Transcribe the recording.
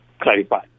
clarify